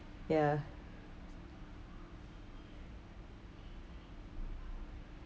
ya